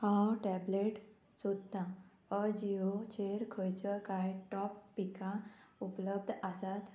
हांव टॅबलेट सोदतां अजिओचेर खंयच्यो कांय टॉप पिकां उपलब्ध आसात